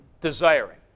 desiring